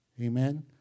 Amen